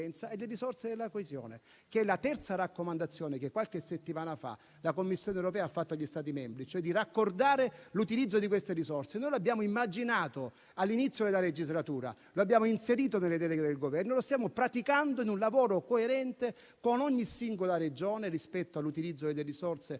e le risorse della coesione, che è la terza raccomandazione che qualche settimana fa la Commissione europea ha fatto agli Stati membri, quella cioè di raccordare l'utilizzo di queste risorse. Noi lo abbiamo immaginato all'inizio della legislatura, lo abbiamo inserito nelle deleghe del Governo e lo stiamo praticando in un lavoro coerente con ogni singola Regione rispetto all'utilizzo delle risorse della